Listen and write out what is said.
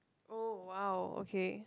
oh !wow! okay